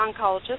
oncologist